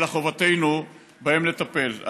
אלא חובתנו לטפל בהם .